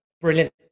Brilliant